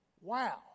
wow